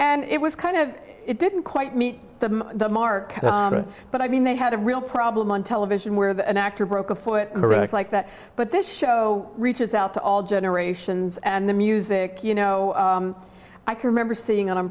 and it was kind of it didn't quite meet the mark but i mean they had a real problem on television where the an actor broke a foot like that but this show reaches out to all generations and the music you know i can remember seeing on